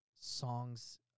songs